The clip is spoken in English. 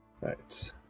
right